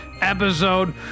episode